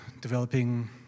developing